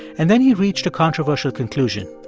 and then he reached a controversial conclusion.